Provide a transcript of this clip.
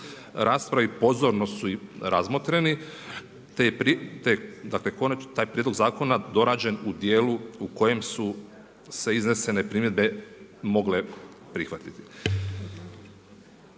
raspravi pozorno su razmotreni te je taj prijedlog zakona dorađen u dijelu u kojem su se iznesene primjedbe mogle prihvatiti.